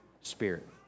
Spirit